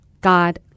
God